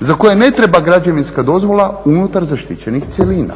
za koje ne treba građevinska dozvola unutar zaštićenih cjelina.